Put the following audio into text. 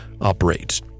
operates